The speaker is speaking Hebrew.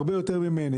הרבה יותר ממני,